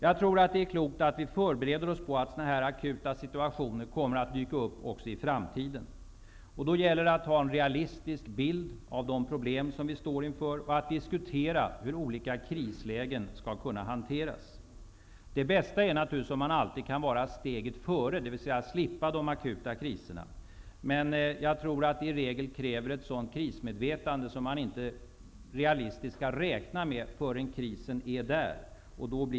Jag tror att det är klokt att vi förbereder oss på att sådana här akuta situationer kommer att dyka upp också i framtiden. Då gäller det att ha en realistisk bild av de problem som vi står inför och att diskutera hur olika krislägen skall hanteras. Det bästa är naturligtvis om man alltid kan vara steget före, dvs. slippa de akuta kriserna. Men jag tror att det i regel kräver ett krismedvetande som man inte realistiskt kan räkna med förrän krisen är ett faktum.